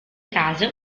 caso